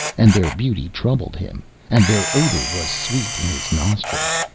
and their beauty troubled him, and their odour was sweet in his nostrils.